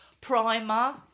primer